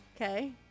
Okay